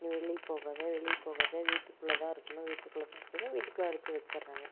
நீ வெளியே போகாதே வெளியே போகாதே வீட்டுக்குள்ள தான் இருக்கணும் வீட்டுக்குள்ள தான் இருக்கணும் வீட்டுக்குள்ள அடைச்சி வச்சிர்றாங்க